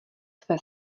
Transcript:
své